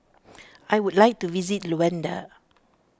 I would like to visit Luanda